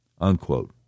unquote